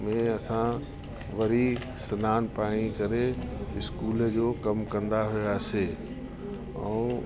ॿिएं असां वरी सनानु पाणी करे स्कूल जो कमु कंदा हुआसीं ऐं